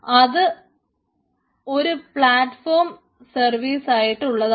അത് ഒരു പളാറ്റ്ഫോം സർവീസായിട്ട് ഉള്ളതാണ്